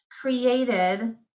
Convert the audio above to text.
created